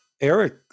Eric